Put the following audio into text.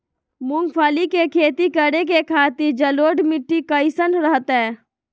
मूंगफली के खेती करें के खातिर जलोढ़ मिट्टी कईसन रहतय?